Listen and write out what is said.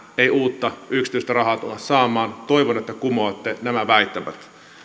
ei uutta yksityistä rahaa tulla saamaan toivon että kumoatte nämä väittämät